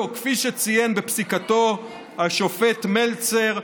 וכפי שציין בפסיקתו השופט מלצר,